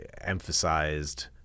emphasized